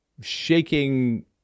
shaking